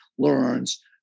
Learns